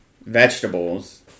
vegetables